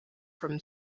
from